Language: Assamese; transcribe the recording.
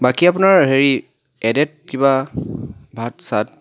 বাকী আপোনাৰ হেৰি এডেড কিবা ভাত চাত